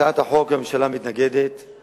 הממשלה מתנגדת להצעת החוק.